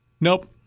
Nope